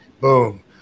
boom